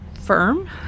firm